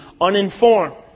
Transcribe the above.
uninformed